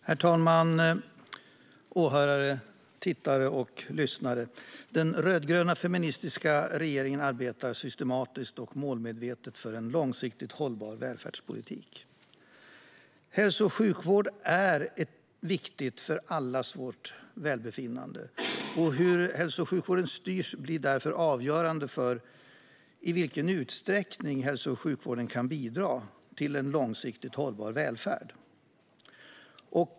Herr talman, åhörare, tittare och lyssnare! Den rödgröna feministiska regeringen arbetar systematiskt och målmedvetet för en långsiktigt hållbar välfärdspolitik. Hälso och sjukvård är viktigt för allas vårt välbefinnande, och hur hälso och sjukvården styrs blir därför avgörande för i vilken utsträckning den kan bidra till en långsiktigt hållbar välfärd.